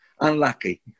unlucky